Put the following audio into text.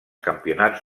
campionats